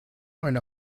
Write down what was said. meine